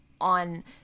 on